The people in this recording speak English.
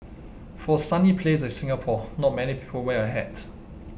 for a sunny place like Singapore not many people wear a hat